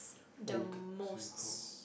the most